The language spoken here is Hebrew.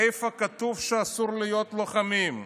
איפה כתוב שאסור להיות לוחמים.